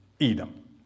Edom